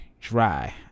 dry